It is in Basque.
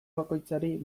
bakoitzari